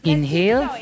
Inhale